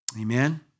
Amen